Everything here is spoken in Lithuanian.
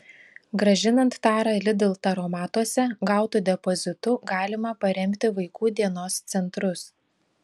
grąžinant tarą lidl taromatuose gautu depozitu galima paremti vaikų dienos centrus